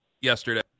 yesterday